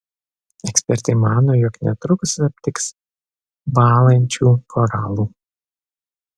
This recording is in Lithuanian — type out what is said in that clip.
ekspertai mano jog netrukus aptiks bąlančių koralų